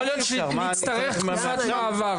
יכול להיות שנצטרך תקופת מעבר.